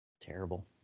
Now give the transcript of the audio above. Terrible